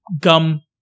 gum